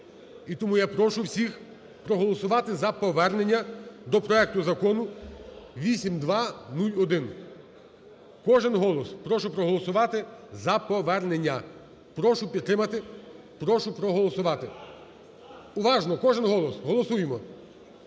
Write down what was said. І тому я прошу всіх проголосувати за повернення до проекту Закону 8201. Кожен голос, прошу проголосувати за повернення. Прошу підтримати, прошу проголосувати. Уважно, кожен голос, голосуємо!